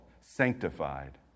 sanctified